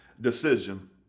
Decision